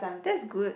that's good